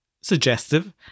suggestive